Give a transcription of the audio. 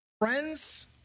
friends